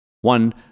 One